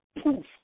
poof